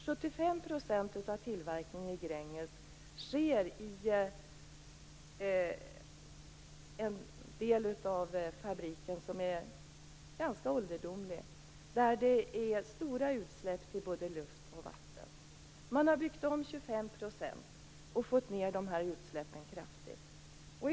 75 % av tillverkningen i Gränges sker i en del av fabriken som är ganska ålderdomlig, där det är stora utsläpp i både luft och vatten. Man har byggt om 25 % och fått ned utsläppen kraftigt.